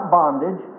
bondage